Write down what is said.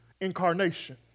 Incarnation